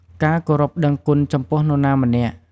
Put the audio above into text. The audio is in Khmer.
ការគោរពដឹងគុណចំពោះនរណាម្នាក់។